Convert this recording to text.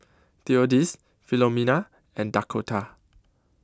Theodis Filomena and Dakotah